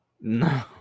No